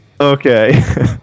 Okay